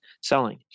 selling